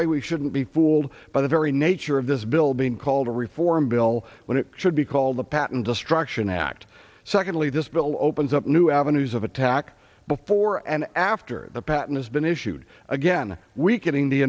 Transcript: why we shouldn't be fooled by the very nature of this bill being called a reform bill when it should be called the patent destruction act secondly this bill opens up new avenues of attack before and after the patent has been issued again weakening the